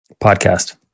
Podcast